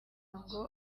ngo